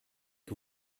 que